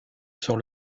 sur